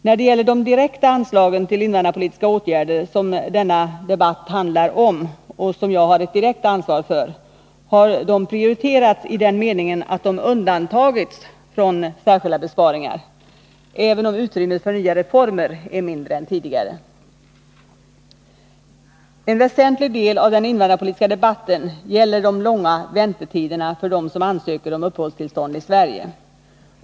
När det gäller de direkta anslagen till invandrarpolitiska åtgärder, som denna debatt handlar om och som jag har ett direkt ansvar för, har de prioriterats i den meningen att de undantagits från särskilda besparingar, även om utrymmet för nya reformer är mindre än tidigare. En väsentlig del av den invandrarpolitiska debatten gäller de långa väntetiderna för dem som ansöker om uppehållstillstånd i Sverige.